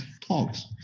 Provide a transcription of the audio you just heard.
talks